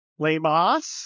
Lemos